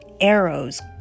arrows